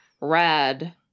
Red